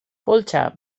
poltsa